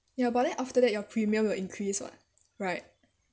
ya but then after that your premium will increase [what] right